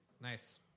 Nice